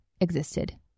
existed